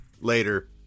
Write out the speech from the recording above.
later